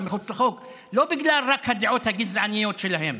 מחוץ לחוק לא רק בגלל הדעות הגזעניות שלהם